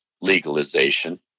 legalization